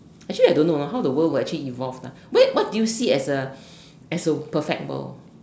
actually I don't know ah how the world will actually evolve lah where what do you see as a as a perfect world